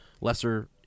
lesser